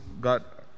got